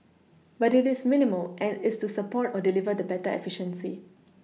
but it is minimal and it is to support or deliver the better efficiency